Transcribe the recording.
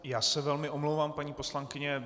Já se velmi omlouvám, paní poslankyně.